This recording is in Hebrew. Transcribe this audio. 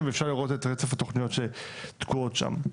ואפשר לראות את רצף התוכניות שתקועות שם.